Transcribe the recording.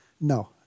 No